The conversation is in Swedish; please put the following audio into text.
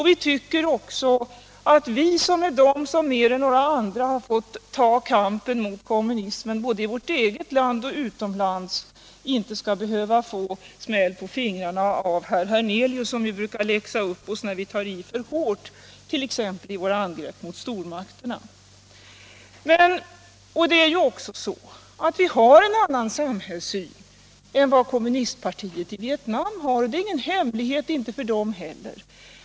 Vi tycker också att vi, som är de som mer än några andra har fått ta kampen mot kommunismen både i vårt eget land och utomlands, inte skall behöva få smäll på fingrarna av herr Hernelius som ju brukar läxa upp oss när vi tar i för hårt t.ex. i våra angrepp mot stormakterna. Vi har ju en annan samhällssyn än kommunistpartiet i Vietnam, och det är ingen hemlighet — inte för vietnameserna heller.